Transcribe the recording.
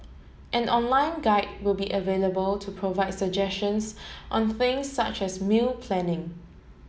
an online guide will be available to provide suggestions on things such as meal planning